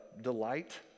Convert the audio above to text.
Delight